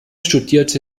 studierte